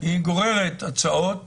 היא גוררת הצעות